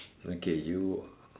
okay you